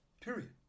period